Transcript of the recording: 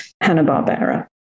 Hanna-Barbera